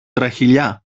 τραχηλιά